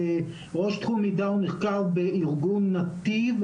ראש תחום מידע ומחקר בארגון נתיב,